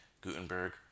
Gutenberg